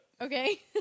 Okay